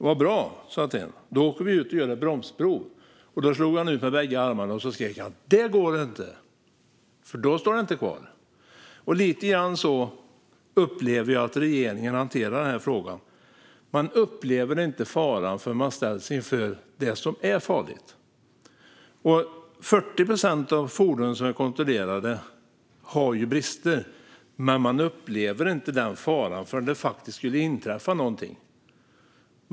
Vad bra, svarade jag honom - då åker vi ut och gör ett bromsprov. Då slog han ut med bägge armarna och skrek: "Det går inte! Då står det inte kvar!" Lite grann så upplever jag att regeringen hanterar frågan: Man upplever inte faran förrän man ställs inför det som är farligt. Av de fordon som kontrolleras är det 40 procent som har brister, men man upplever inte den faran förrän någonting faktiskt inträffar.